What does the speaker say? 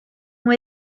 ont